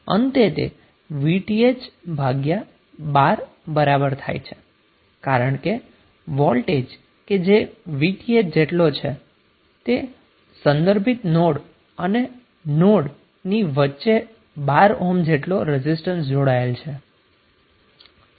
આમ અંતે તે VTh ભાગ્યા 12 બરાબર થાય છે કારણ કે વોલ્ટેજ કે જે VTh જેટલો છે અને સંદર્ભિત નોડ અને નોડ ની વચ્ચે 12 ઓહ્મ જેટલો રેઝિસ્ટન્સ જોડેલ છે